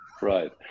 Right